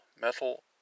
Metal